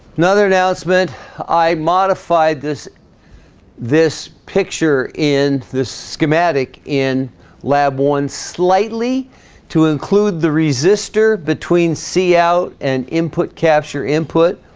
another announcement i modified this this picture in the schematic in lab one slightly to include the resistor between see out and input capture input